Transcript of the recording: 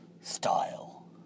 style